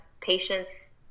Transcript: patience